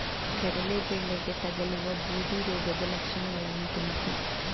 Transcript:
ಕಡಲೆ ಬೆಳೆಗೆ ತಗಲುವ ಬೂದಿ ರೋಗದ ಲಕ್ಷಣಗಳನ್ನು ತಿಳಿಸಿ?